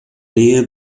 nähe